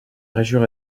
région